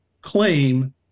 claim